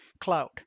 Cloud